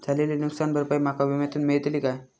झालेली नुकसान भरपाई माका विम्यातून मेळतली काय?